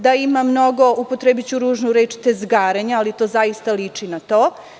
Da ima mnogo, upotrebiću ružnu reč tezgarenja, ali to zaista liči na to.